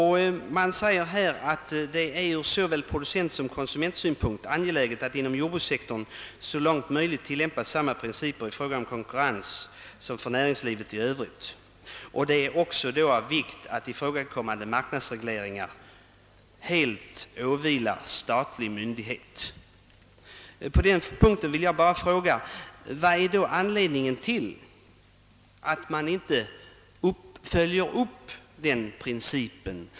Han säger här att det ur såväl producentsom konsumentsynpunkt är angeläget att inom jordbrukssektorn så långt möjligt tillämpas samma principer i fråga om konkurrens som för näringslivet i övrigt. Det är också av vikt, säger han, att ifrågakommande marknadsregleringar helt åvilar statlig myndighet. Med anledning därav vill jag bara fråga: Vad är då anledningen till att man inte följer upp den principen?